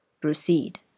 Proceed